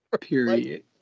Period